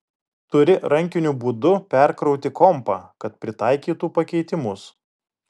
turi rankiniu būdu perkrauti kompą kad pritaikytų pakeitimus